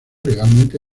legalmente